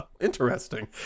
Interesting